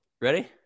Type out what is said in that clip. Ready